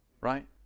Right